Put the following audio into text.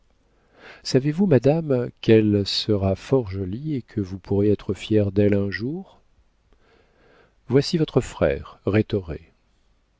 savez-vous madame qu'elle sera fort jolie et que vous pourrez être fière d'elle un jour voici votre frère